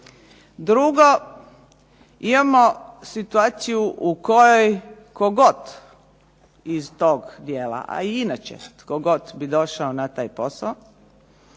Drugo, imamo situaciju u kojoj tko kod iz tog dijela, a i inače tko god bi došao na taj posao,